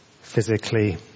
physically